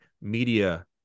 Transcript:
media